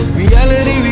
reality